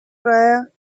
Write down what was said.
fair